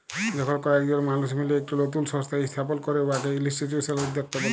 যখল কয়েকজল মালুস মিলে ইকট লতুল সংস্থা ইস্থাপল ক্যরে উয়াকে ইলস্টিটিউশলাল উদ্যক্তা ব্যলে